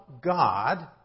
God